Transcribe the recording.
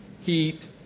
heat